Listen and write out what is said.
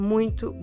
Muito